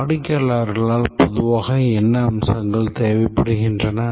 வாடிக்கையாளர்களால் பொதுவாக என்ன அம்சங்கள் தேவைப்படுகின்றன